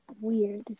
weird